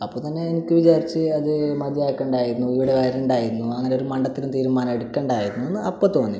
അപ്പോൾ തന്നെ എനിക്ക് വിചാരിച്ച് അത് മജയാക്കേണ്ടായിരുന്നു ഇവിടെ വരേണ്ടായിരുന്നു അങ്ങനെ ഒരു മണ്ടത്തരം തീരുമാനം എടുക്കേണ്ടായിരുന്നു എന്ന് അപ്പോൾ തോന്നി